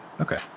Okay